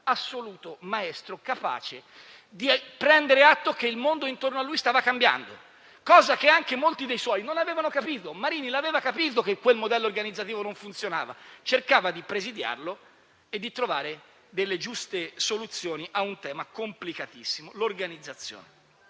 assoluto maestro, capace di prendere atto che il mondo intorno a lui stava cambiando, cosa che anche molti dei suoi non avevano capito. Marini aveva capito che quel modello organizzativo non funzionava; cercava di presidiarlo e di trovare delle giuste soluzioni a un tema complicatissimo: l'organizzazione.